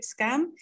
scam